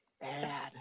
Bad